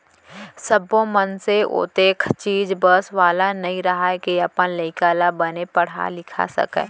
सब्बो मनसे ओतेख चीज बस वाला नइ रहय के अपन लइका ल बने पड़हा लिखा सकय